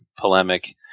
polemic